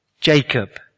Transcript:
Jacob